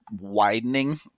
widening